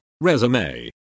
Resume